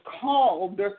called